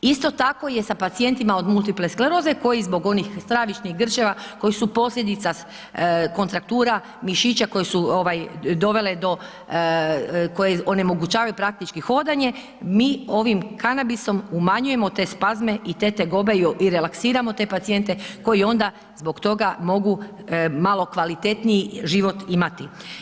Isto tako je sa pacijentima od multiple skleroze koji zbog onih stravičnih grčeva koji su posljedica kontraktura mišića koje su dovele do, koje onemogućavaju praktički hodanje, mi ovim kanabisom umanjujemo te spazme i te tegobe i relaksiramo te pacijente koji onda zbog toga mogu malo kvalitetniji život imati.